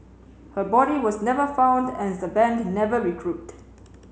her body was never found and the band never regrouped